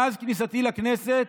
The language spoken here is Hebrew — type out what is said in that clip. מאז כניסתי לכנסת,